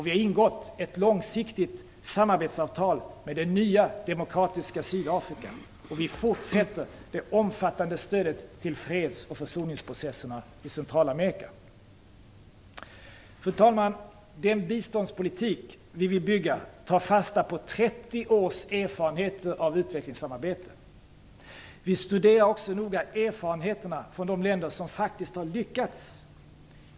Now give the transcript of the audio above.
Vi har ingått ett långsiktigt samarbetsavtal med det nya, demokratiska Sydafrika. Och vi fortsätter med det omfattande stödet till freds och försoningsprocesserna i Centralamerika. Fru talman! Den biståndspolitik som vi vill bygga tar fasta på 30 års erfarenheter av utvecklingssamarbete. Vi studerar också noga erfarenheterna från de länder som faktiskt har lyckats.